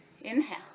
inhale